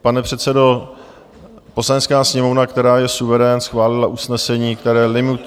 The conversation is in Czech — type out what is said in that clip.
Pane předsedo, Poslanecká sněmovna, která je suverén, schválila usnesení, které limituje...